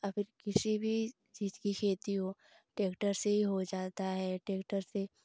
या फिर किसी चीज की खेती हो ट्रैक्टर से ही हो जाता है ट्रैक्टर से